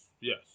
yes